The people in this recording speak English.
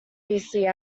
fiercely